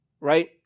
right